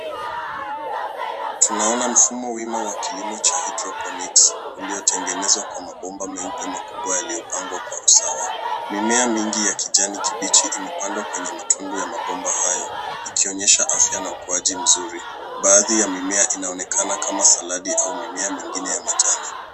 Tunaona mfumo wima wa kilimo cha haidroponiks iliyotengenezwa kwa mabomba meupe makubwa yaliyopangwa kwa usawa. Mimea mingi ya kijani kibichi imepandwa kwenye matundu ya mabomba hayo ikionyesha afya na ukuaji mzuri, baadhi ya mimea inaonekana kama saladi au mimea mengine ya majani.